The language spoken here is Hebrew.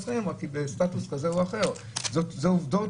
זה מרכז חייה,